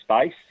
space